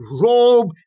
robe